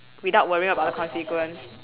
without worrying about the consequence